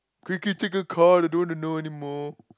quick quick take a card I don't want to know anymore